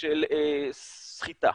של סחיטה,